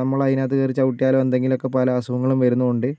നമ്മൾ അതിനകത്തു കേറി ചവിട്ടിയാലോ എന്തെങ്കിലുമൊക്കെ പല അസുഖങ്ങളും വരുന്നത് കൊണ്ട്